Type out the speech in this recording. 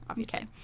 okay